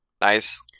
Nice